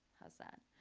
how's that?